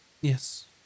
Yes